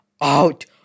out